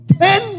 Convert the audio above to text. ten